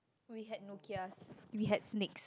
we had Nokias we had snakes